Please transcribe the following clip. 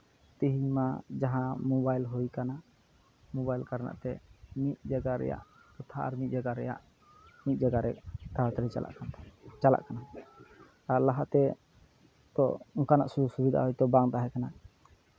ᱛᱮᱦᱤᱧ ᱢᱟ ᱡᱟᱦᱟᱸ ᱢᱳᱵᱟᱭᱤᱞ ᱦᱩᱭ ᱠᱟᱱᱟ ᱢᱳᱵᱟᱭᱤᱞ ᱠᱟᱨᱚᱱᱟᱜ ᱛᱮ ᱢᱤᱫ ᱡᱟᱭᱜᱟ ᱨᱮᱭᱟᱜ ᱠᱟᱛᱷᱟ ᱟᱨ ᱢᱤᱫ ᱡᱟᱭᱜᱟ ᱨᱮᱭᱟᱜ ᱢᱤᱫ ᱡᱟᱭᱜᱟ ᱨᱮ ᱛᱟᱲᱟᱛᱟᱲᱤ ᱪᱟᱞᱟᱜ ᱠᱟᱱᱟ ᱪᱟᱞᱟᱜ ᱠᱟᱱᱟ ᱟᱨ ᱞᱟᱦᱟᱛᱮ ᱫᱚ ᱚᱱᱠᱟᱱᱟᱜ ᱥᱩᱡᱳᱜᱽ ᱥᱩᱵᱫᱷᱟ ᱦᱚᱭᱛᱳ ᱵᱟᱝ ᱛᱟᱦᱮᱸ ᱠᱟᱱᱟ